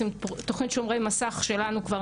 צריך לזכור שני דברים, א'